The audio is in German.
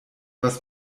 was